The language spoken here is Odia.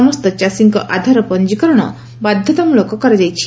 ସମସ୍ତ ଚାଷୀଙ୍କ ଆଧାର ପଞ୍ଚିକରଣ ବାଧ୍ଧାତାମଳକ କରାଯାଇଛି